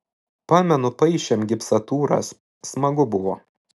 pamenu paišėm gipsatūras smagu buvo